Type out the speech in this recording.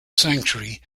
sanctuary